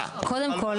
קודם כל,